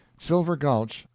silver gulch,